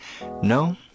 no